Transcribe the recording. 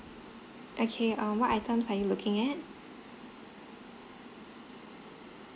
okay um what items are you looking at